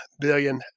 billion